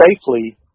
safely